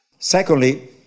Secondly